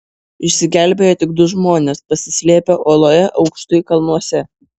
išsigelbėjo tik du žmonės pasislėpę oloje aukštai kalnuose